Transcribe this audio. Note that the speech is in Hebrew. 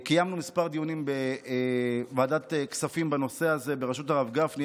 קיימנו כמה דיונים בוועדת הכספים בנושא הזה בראשות הרב גפני,